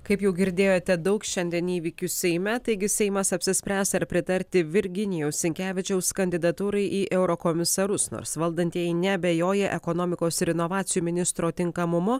kaip jau girdėjote daug šiandien įvykių seime taigi seimas apsispręs ar pritarti virginijaus sinkevičiaus kandidatūrai į eurokomisarus nors valdantieji neabejoja ekonomikos ir inovacijų ministro tinkamumo